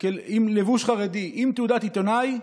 עם לבוש חרדי ועם תעודת עיתונאי,